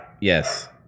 yes